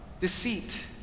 deceit